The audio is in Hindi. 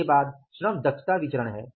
उसके बाद श्रम दक्षता विचरण है